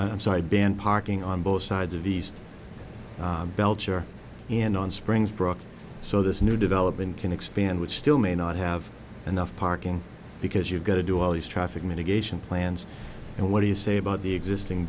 sideband parking on both sides of east belcher and on springs broke so this new development can expand which still may not have enough parking because you've got to do all these traffic mitigation plans and what do you say about the existing